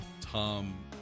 Tom